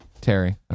Terry